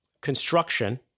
construction